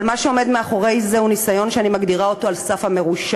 אבל מה שעומד מאחורי זה הוא ניסיון שאני מגדירה אותו על סף המרושע: